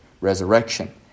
resurrection